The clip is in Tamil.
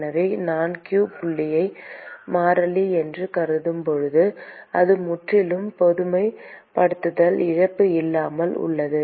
எனவே நான் q புள்ளியை மாறிலி என்று கருதும் போது அது முற்றிலும் பொதுமைப்படுத்தல் இழப்பு இல்லாமல் உள்ளது